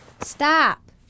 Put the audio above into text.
Stop